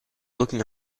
looking